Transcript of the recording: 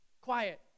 quiet